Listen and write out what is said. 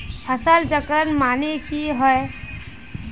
फसल चक्रण माने की होय?